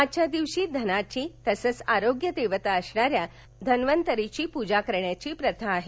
आजच्या दिवशी धनाची तसंच आरोग्य देवता असणाऱ्या धन्वतरीची पूजा करण्याची प्रथा आहे